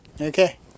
Okay